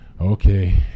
okay